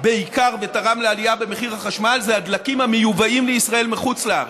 בעיקר ותרם לעליה במחיר החשמל זה הדלקים המיובאים לישראל מחוץ-לארץ,